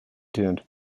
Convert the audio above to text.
tuned